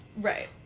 Right